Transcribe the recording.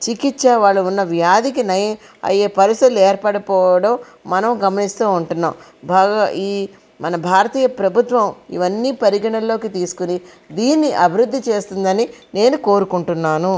చికిత్స వాళ్లు ఉన్నవ్యాధికి నయం అయ్యె పరిస్థితులు ఏర్పడకపోవడం మనం గమనిస్తూ ఉంటున్నాం బాగా ఈ మన భారతీయ ప్రభుత్వం ఇవన్నీ పరిగణలోకి తీసుకుని దీన్ని అభివృద్ధి చేస్తుందని నేను కోరుకుంటున్నాను